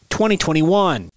2021